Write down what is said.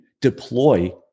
deploy